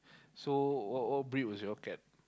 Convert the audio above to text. so what what breed was your cat